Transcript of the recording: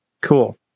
cool